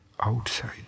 outside